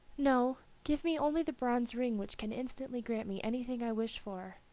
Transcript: no. give me only the bronze ring which can instantly grant me anything i wish for.